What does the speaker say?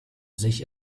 sich